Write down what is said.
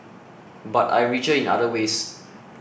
but I am richer in other ways